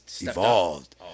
evolved